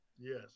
Yes